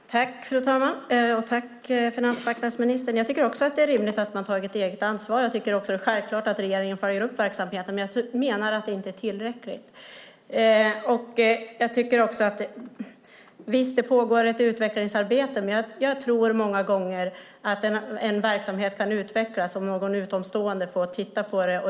Fru talman! Tack, finansmarknadsministern! Jag tycker också att det är rimligt att man tar ett eget ansvar. Och jag tycker att det är självklart att regeringen ska följa upp verksamheten, men jag menar att det inte är tillräckligt. Visst, det pågår ett utvecklingsarbete, men jag tror många gånger att en verksamhet kan utvecklas om någon utomstående får titta på den.